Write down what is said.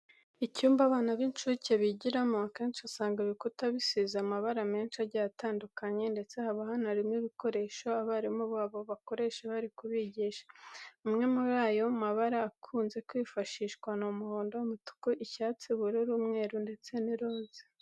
Icyumba abana b'incuke bigiramo, akenshi usangamo ibikuta bisize amabara menshi agiye atandukanye ndetse haba hanarimo n'ibikoresho abarimu babo bakoresha bari kubigisha. Amwe muri ayo mabara akunze kwifashishwa ni umuhondo, umutuku, icyatsi, ubururu, umweru ndetse n'iroze.